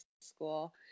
school